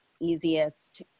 easiest